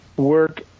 Work